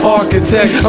architect